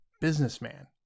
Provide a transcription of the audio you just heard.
businessman